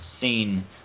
seen